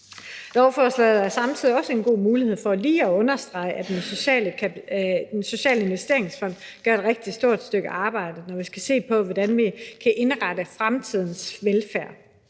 Lovforslaget giver samtidig også en god mulighed for lige at understrege, at Den Sociale Investeringsfond gør et rigtig stort arbejde, når vi skal se på, hvordan vi kan indrette fremtidens velfærd.